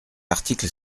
article